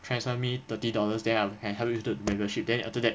transfer me thirty dollars then I'll can help you do membership then after that